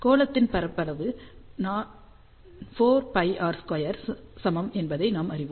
கோளத்தின் பரப்பளவு 4 πr² சமம் என்பதை நாம் அறிவோம்